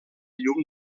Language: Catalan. llum